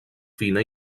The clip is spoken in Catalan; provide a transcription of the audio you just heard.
fina